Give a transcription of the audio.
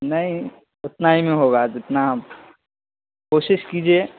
نہیں اتنا ہی میں ہوگا جتنا کوشش کیجیے